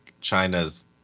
China's